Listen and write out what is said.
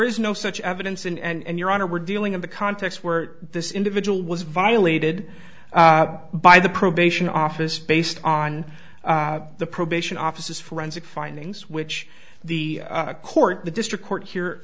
is no such evidence and your honor we're dealing in the context where this individual was violated by the probation office based on the probation officers forensic findings which the court the district court